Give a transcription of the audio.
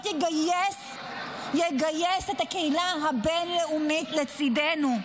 יגייס את הקהילה הבין-לאומית לצידנו?